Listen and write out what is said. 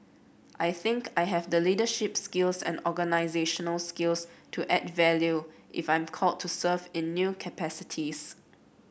I think I have the leaderships and organisational skills to add value if I'm called to serve in new capacities